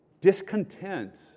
discontent